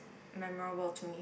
memorable to me